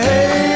Hey